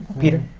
peter?